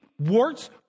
Warts